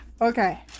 Okay